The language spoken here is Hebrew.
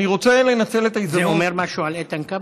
זה אומר משהו על איתן כבל?